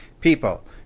people